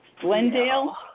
Glendale